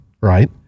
right